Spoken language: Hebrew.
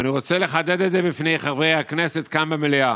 ואני רוצה לחדד את זה בפני חברי הכנסת כאן במליאה,